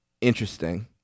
interesting